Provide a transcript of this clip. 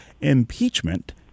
Impeachment